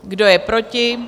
Kdo je proti?